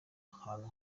ahantu